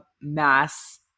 mass